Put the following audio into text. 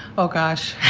oh, gosh.